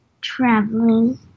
traveling